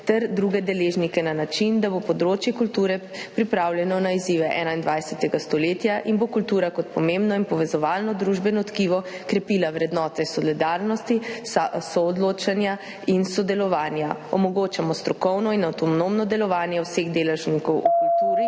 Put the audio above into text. ter druge deležnike na način, da bo področje kulture pripravljeno na izzive 21. stoletja in bo kultura kot pomembno in povezovalno družbeno tkivo krepila vrednote solidarnosti, soodločanja in sodelovanja. Omogočamo strokovno in avtonomno delovanje vseh deležnikov v kulturi,